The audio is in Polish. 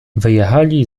wyjechali